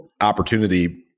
opportunity